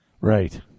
Right